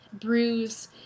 bruise